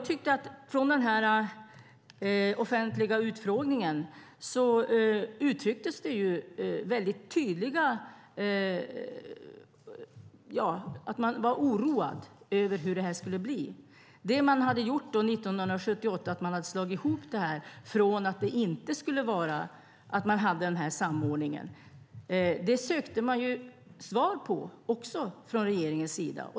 På den offentliga utfrågningen uttrycktes oro över hur det här skulle bli. Det man hade gjort 1978, det vill säga att man hade slagit ihop det här från att man hade den här samordningen, det sökte man ju svar på också från regeringens sida.